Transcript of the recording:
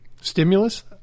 stimulus